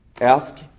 ask